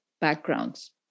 backgrounds